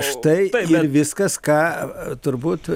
štai viskas ką turbūt